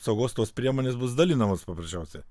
saugos tos priemonės bus dalinamos paprasčiausiai